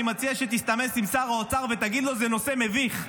אני מציע שתסמס לשר האוצר ותגיד לו: זה נושא מביך,